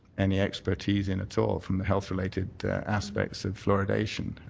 and yeah expertise in at all from the health related aspects of fluoridation.